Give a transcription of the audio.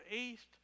east